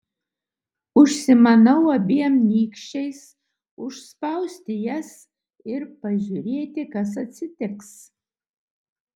užsimanau abiem nykščiais užspausti jas ir pažiūrėti kas atsitiks